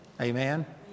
Amen